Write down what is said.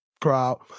crowd